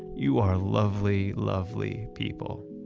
you are lovely, lovely people.